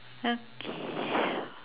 okay